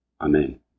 Amen